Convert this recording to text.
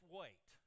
wait